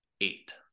Eight